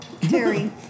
Terry